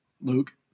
Luke